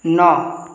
ନଅ